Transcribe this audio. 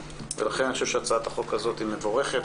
ולכן אני חושב שהצעת החוק הזאת היא מבורכת.